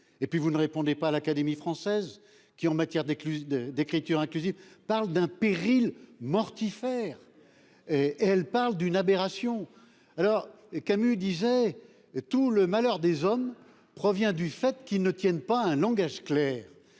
et puis vous ne répondait pas à l'Académie française qui en matière d'écluses de d'écriture inclusive parle d'un péril mortifère. Elle parle d'une aberration alors et Camus disait et tout le malheur des hommes provient du fait qu'ils ne tiennent pas un langage clair.